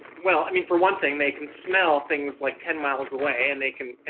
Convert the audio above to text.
well i mean for one thing they can smell things like ten miles away, and they can